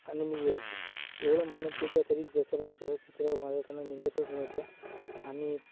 आणि मी योग्य एवढं म्हणत घेत जा तरी जसं पाहिजे तसं चित्र माझ्याच्यान निघतच नव्हतं आणि